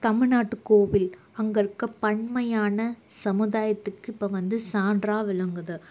தமிழ்நாட்டுக் கோவில் அங்கே இருக்க பன்மையான சமுதாயத்துக்கு இப்போ வந்து சான்றாக விளங்குது